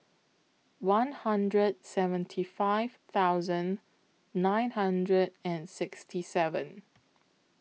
one hundred seventy five thousand nine hundred and sixty seven